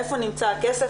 איפה נמצא הכסף,